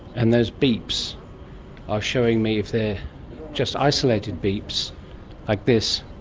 and those beeps are showing me, if they are just isolated beeps like this,